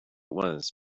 was